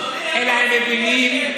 אלא הן מבינות,